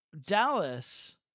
dallas